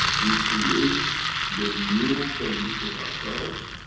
we create the new condition ourselves